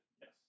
Yes